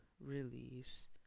release